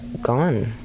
gone